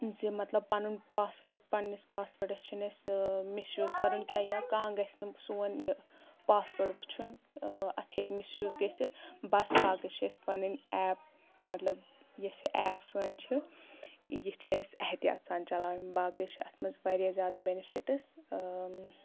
زِ مطلب پَنُن پاس وٲڈ پنٛنِس پاس وٲڈَس چھِنہٕ اَسہِ مِسیوٗز کَرُن کینٛہہ یا کانٛہہ گَژھِ نہٕ سون یہِ پاس وٲڈ وٕچھُن اَتھ ہیٚکہِ مِسیوٗز گٔژھِتھ بَس باقٕے چھِ أسۍ پَنٕنۍ ایپ مطلب یۄس یہِ ایپ سٲنۍ چھِ یہِ چھِ أسۍ احتِیاط سان چَلاوٕنۍ باقٕے چھِ اَتھ منٛز واریاہ زیادٕ بٮ۪نِفِٹٕس